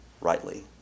rightly